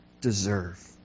deserve